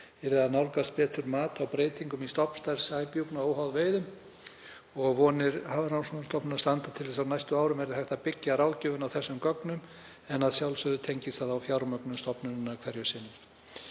að nálgast betur mat á breytingum í stofnstærð sæbjúgna, óháð veiðum. Vonir Hafrannsóknastofnunar standa til að á næstu árum verði hægt að byggja ráðgjöfina á þessum gögnum en að sjálfsögðu tengist það fjármögnun stofnunarinnar hverju sinni.